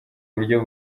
buryo